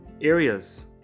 areas